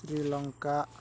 Sri Lanka